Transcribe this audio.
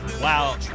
Wow